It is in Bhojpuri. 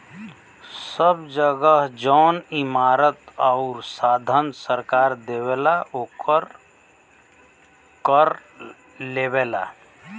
सब जगह जौन इमारत आउर साधन सरकार देवला ओकर कर लेवला